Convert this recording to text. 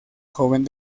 joven